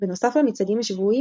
בנוסף למצעדים השבועיים,